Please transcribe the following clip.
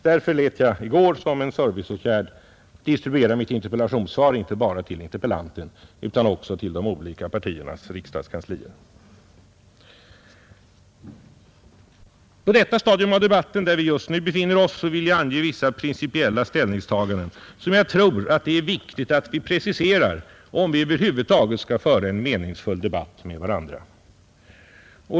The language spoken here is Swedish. Därför lät jag i går som en serviceåtgärd distribuera mitt interpellationssvar inte bara till interpellanten utan också till de olika partiernas riksdagskanslier. På det stadium av debatten där vi just nu befinner oss vill jag ange vissa principiella ställningstaganden som jag tror att det är viktigt att vi preciserar, om vi över huvud taget skall kunna föra en meningsfull debatt med varandra.